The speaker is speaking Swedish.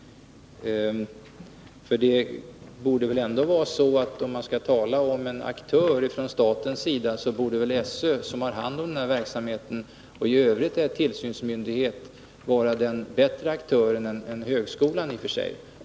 Om man när det gäller staten skall tala om en aktör, så borde väl SÖ — som har hand om den här verksamheten och i övrigt är tillsynsmyndighet — i och för sig vara en bättre aktör en högskolan.